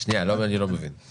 שנייה, אני לא מבין.